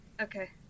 Okay